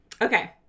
Okay